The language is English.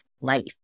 life